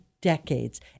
decades